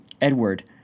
Edward